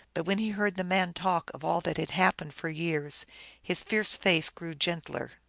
but when he heard the man talk of all that had happened for years his fierce face grew gentler.